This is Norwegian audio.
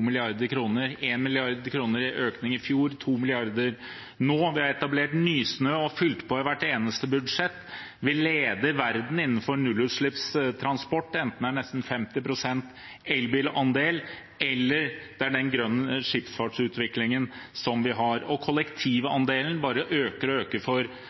mrd. kr – 1 mrd. kr økning i fjor og 2 mrd. kr nå. Vi har etablert Nysnø og fylt på i hvert eneste år. Vi er ledende i verden innenfor nullutslippstransport enten det er nesten 50 pst. elbilandel, eller det er den grønne skipsfartsutviklingen vi har. Kollektivandelen bare øker og øker for